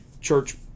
church